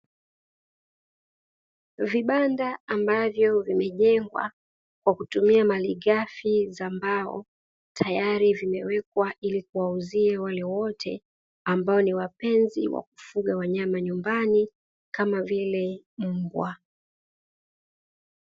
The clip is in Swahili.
Vibanda ambavyo vimejengwa kwa kutumia malighafi za mbao, tayari zimewekwa ili kuwauzia wale wote ambao ni wapenzi wa kufuga wanyama nyumbani kama vile mbwa.